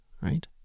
right